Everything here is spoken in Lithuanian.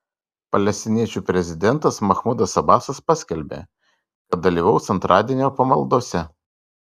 palestiniečių prezidentas mahmudas abasas paskelbė kad dalyvaus antradienio pamaldose